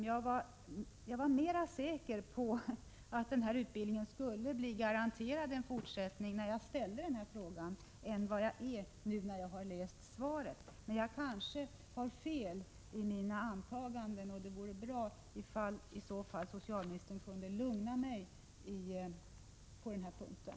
Jag var mer säker på att utbildningen skulle garanteras en fortsättning när jag ställde frågan än vad jag är efter att ha läst svaret. Men jag har kanske fel i mina antaganden, och det vore bra om socialministern kunde lugna mig på den här punkten.